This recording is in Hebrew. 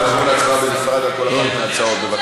ונעבור להצבעה על כל אחת מההצעות בנפרד.